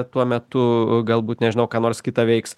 tuo metu galbūt nežinau ką nors kitą veiks